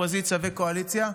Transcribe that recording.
אופוזיציה וקואליציה,